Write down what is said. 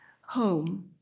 home